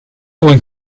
one